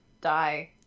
die